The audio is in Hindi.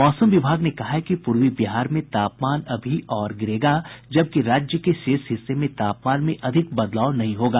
मौसम विभाग ने कहा है कि पूर्वी बिहार में तापमान अभी और गिरेगा जबकि राज्य के शेष हिस्से में तापमान में ज्यादा बदलाव नहीं होगा